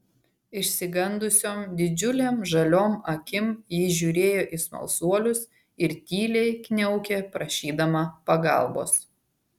išsigandusiom didžiulėm žaliom akim ji žiūrėjo į smalsuolius ir tyliai kniaukė prašydama pagalbos